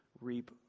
reap